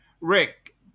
Rick